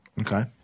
Okay